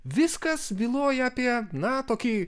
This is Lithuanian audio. viskas byloja apie na tokį